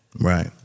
Right